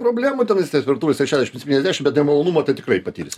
problemų tenais temperatūros tik šešiasdešimt septyniasdešimt bet nemalonumų tai tikrai patirsi